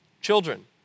Children